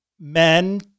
men